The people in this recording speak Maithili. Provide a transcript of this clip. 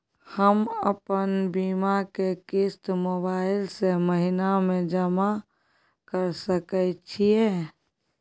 हम अपन बीमा के किस्त मोबाईल से महीने में जमा कर सके छिए?